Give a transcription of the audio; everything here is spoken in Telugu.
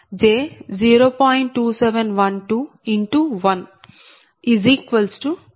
4520 p